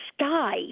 sky